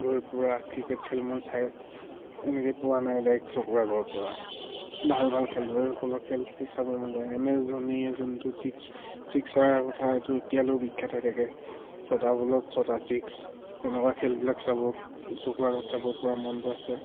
ৰ পৰা ক্ৰিকেট খেল মই চাই এনেকৈ পোৱা নাই ডাইৰেক চকুৰ আগৰ পৰা ভাল ভাল খেলুৱৈ সকলো খেলটো চাব মন যায় এম এছ ধোনিয়ে যোনটো ছিক্স ছিক্সাৰৰ কথা এইটো এতিয়ালৈ বিখ্যাত হয় থাকে ছটা বলত ছটা ছিক্স তেনেকুৱা খেলবিলাক চাব চকুৰাগৰত চাব পৰা মনটো আছে